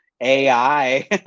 AI